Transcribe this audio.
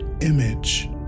image